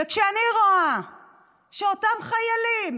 ואני רואה שאותם חיילים